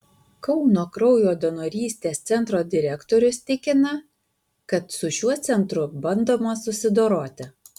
kauno kraujo donorystės centro direktorius tikina kad su šiuo centru bandoma susidoroti